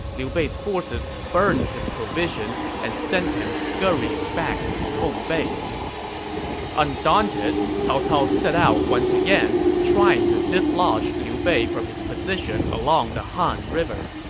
liu bei's forces burned his provisions and sent him scurrying back to his home base undaunted, cao cao set out once again, trying to dislodge liu bei from his position along the han river.